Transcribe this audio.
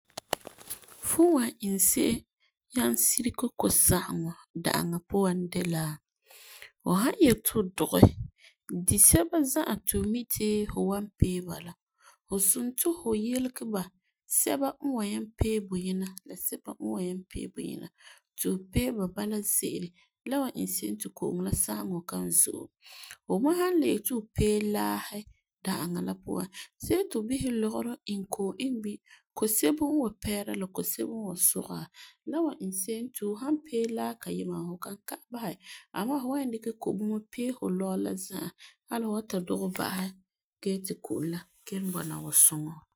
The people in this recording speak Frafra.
Fu wan iŋɛ se'em nyaŋɛ sirige kosageŋɔ da'aŋa puan de la fu san yeti fu san yeti fu dugɛ, disɛba za'a ti mi tii fu wan pee ba la, fu som ti fu yelege ba sɛba n wan nyaŋɛ pee buyina nnla sɛba n wan nyaŋɛ pee buyima ti fu pee ba bala ze'ele la wan iŋɛ se'em ti fu ko'om la sageŋɔ kan zo'e. Fu san le yeti fu pee laasi da'aŋa la puan, see ti fu bisɛ lɔgerɔ iŋɛ ko'om iŋɛ bini, kosebo n wan peera la kosebo n wan sugeha la wan iŋɛ se'em ti hu han pee laa kayima hu kan ma'a basɛ amaa fu nyaŋɛ dikɛ kobomɔ pee fu lɔgerɔ la za'a hali hu wan ta dugɛ ba'asɛ gee ti ko'om la kelum bɔna wa suŋɛ fu.